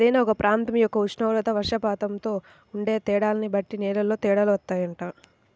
ఏదైనా ఒక ప్రాంతం యొక్క ఉష్ణోగ్రత, వర్షపాతంలో ఉండే తేడాల్ని బట్టి నేలల్లో తేడాలు వత్తాయంట